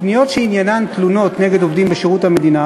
פניות שעניינן תלונות נגד עובדים בשירות המדינה